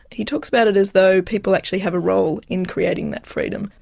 he talks about it as though people actually have a role in creating that freedom,